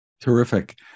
Terrific